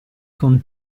con